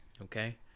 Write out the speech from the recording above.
okay